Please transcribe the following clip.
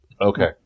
Okay